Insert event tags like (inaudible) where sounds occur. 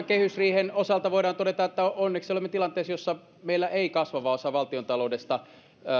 (unintelligible) kehysriihen osalta voidaan todeta ainoastaan että onneksi olemme tilanteessa jossa meillä ei kasvava osa valtiontaloudesta